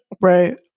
Right